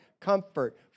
comfort